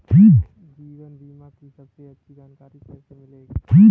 जीवन बीमा की सबसे अच्छी जानकारी कैसे मिलेगी?